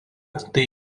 tai